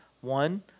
One